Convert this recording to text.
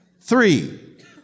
Three